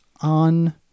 on